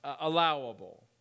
allowable